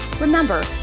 Remember